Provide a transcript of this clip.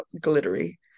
glittery